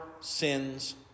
sins